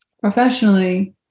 professionally